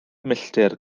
milltir